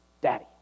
Daddy